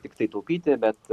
tiktai taupyti bet